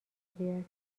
بیاد